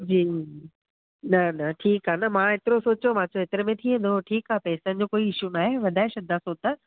जी न न ठीकु आहे न मां एतिरो सोचियो मां चयो एतिरे में थी वेंदो ठीकु आहे पैसनि जो कोई इशू न आहे वधाइ छॾदासीं हू त